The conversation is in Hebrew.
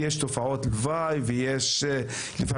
יש תופעות לוואי ופגיעות